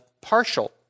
partial